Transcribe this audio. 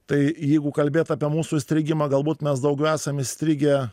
tai jeigu kalbėt apie mūsų įstrigimą galbūt mes daugiau esam įstrigę